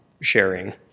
sharing